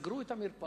סגרו את המרפאות,